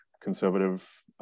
conservative